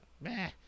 meh